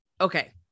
Okay